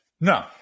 No